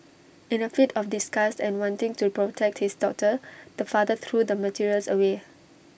in A fit of disgust and wanting to protect his daughter the father threw the materials away